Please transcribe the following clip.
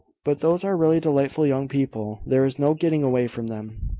but those are really delightful young people. there is no getting away from them.